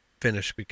finish